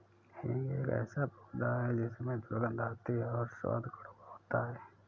हींग एक ऐसा पौधा है जिसमें दुर्गंध आती है और स्वाद कड़वा होता है